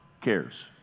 cares